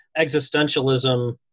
existentialism